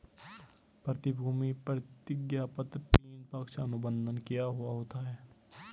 प्रतिभूति प्रतिज्ञापत्र तीन, पक्ष अनुबंध किया हुवा होता है